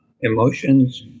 Emotions